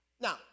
Now